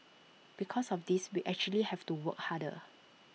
because of this we actually have to work harder